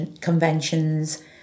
conventions